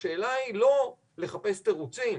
השאלה היא לא לחפש תירוצים,